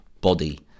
body